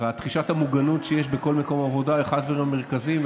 ותחושת המוגנות שיש בכל מקום עבודה הוא אחד הדברים המרכזיים,